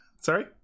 Sorry